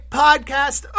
podcast